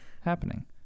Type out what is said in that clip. happening